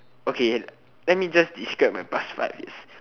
okay let me just describe my past five years